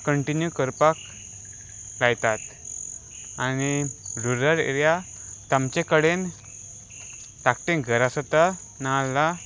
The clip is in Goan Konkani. कंटिन्यू करपाक लायतात आनी रुरल एरिया तमचे कडेन धाकटें घरा आसोता ना जाल्यार